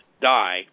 die